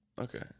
Okay